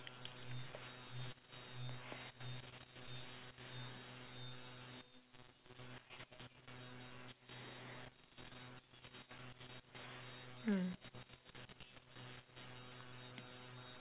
mm